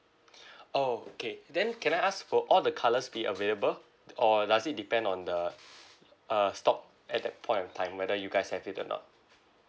oh okay then can I ask for all the colors be available or does it depend on the uh stock at that point of time whether you guys have it or not